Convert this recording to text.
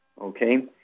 okay